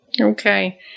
Okay